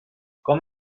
com